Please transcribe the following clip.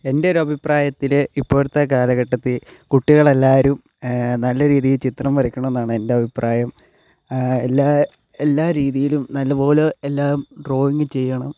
എൻ്റെ ഒരു അഭിപ്രായത്തിൽ ഇപ്പോഴത്തെ കാലഘട്ടത്തിൽ കുട്ടികളെല്ലാവരും നല്ല രീതി ചിത്രം വരക്കണം എന്നാണ് എൻ്റെ അഭിപ്രായം എല്ലാ എല്ലാ രീതിയിലും നല്ല പോലെ എല്ലാം ഡ്രോയിങ് ചെയ്യണം